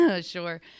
Sure